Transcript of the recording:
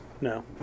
No